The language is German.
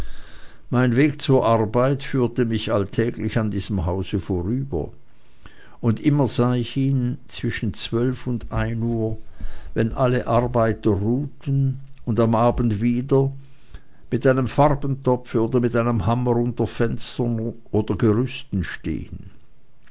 mein weg zur arbeit führte mich alltäglich an diesem hause vorüber und immer sah ich ihn zwischen zwölf und ein uhr wenn alle arbeiter ruhten und am abend wieder mit einem farbentopfe oder mit einem hammer unter fenstern oder auf gerüsten stehen